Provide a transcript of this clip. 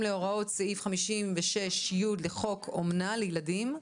להוראות סעיף 56(י) לחוק אומנה לילדים,